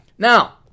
Now